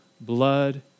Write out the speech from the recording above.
blood